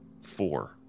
four